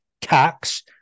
tax